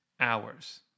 hours